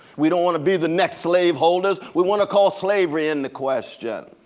we don't want to be the next slave holders, we want to call slavery into question.